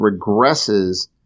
regresses